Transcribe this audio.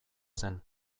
zen